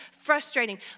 frustrating